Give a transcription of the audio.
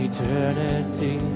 eternity